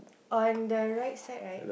oh and the right side right